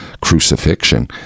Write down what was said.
crucifixion